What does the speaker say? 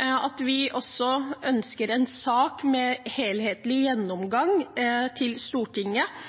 at vi også ønsker en sak med en helhetlig gjennomgang til Stortinget,